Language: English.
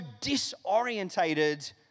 disorientated